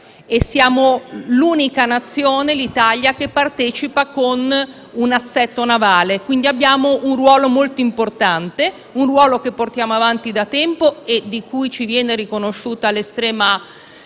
siamo l'unico Paese che partecipa con un assetto navale, quindi abbiamo un ruolo molto importante, che portiamo avanti da tempo e di cui ci viene riconosciuta l'estrema